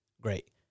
Great